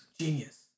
Genius